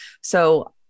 So-